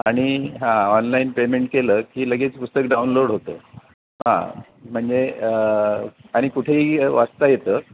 आणि हां online payment केलं की लगेच पुस्तक डाउनलोड होतं हां म्हणजे आणि कुठेही वाचता येतं